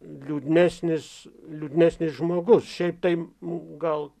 liūdnesnis liūdnesnis žmogus šiaip tai gal